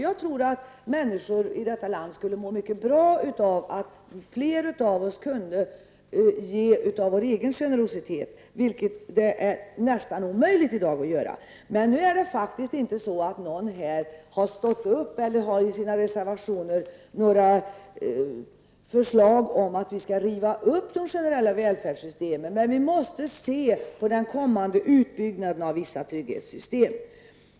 Jag tror att människor i detta land skulle må mycket bra av att fler av oss kunde ge av vår egen generositet, vilket är nästan omöjligt att göra i dag. Nu har faktiskt inte någon stått upp och föreslagit eller i sina reservationer lagt fram förslag om att vi skall riva upp de generella välfärdssystemen. Men vi måste se på den kommande utbyggnaden av vissa trygghetssystem.